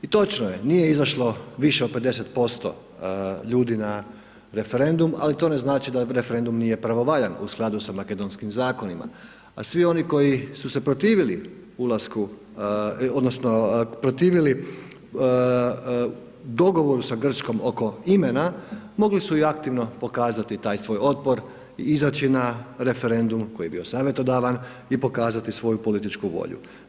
I točno je, nije izašlo više od 50% ljudi na referendum ali to ne znači da referendum nije pravovaljan u skladu sa makedonskim zakonima a svi oni koji su se protivili ulasku odnosno protivili dogovoru sa Grčkom oko imena, mogli su i aktivno pokazati taj svoj otpor i izaći na referendum koji je bio savjetodavan i pokazati svoju političku volju.